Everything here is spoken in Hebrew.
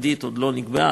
העתידית עוד לא נקבעה,